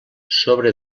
sobre